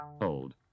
Old